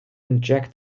inject